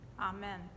Amen